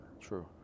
True